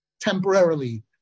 Temporarily